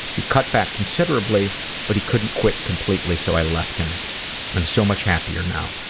he cut back considerably but he couldn't quit completely so i left him i'm so much happier now.